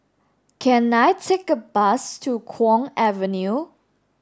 can I take a bus to Kwong Avenue